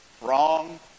Wrong